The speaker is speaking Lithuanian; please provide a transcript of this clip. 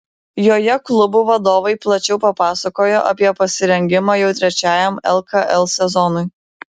joje klubų vadovai plačiau papasakojo apie pasirengimą jau trečiajam lkl sezonui